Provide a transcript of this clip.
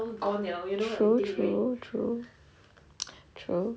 true true true true